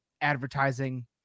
advertising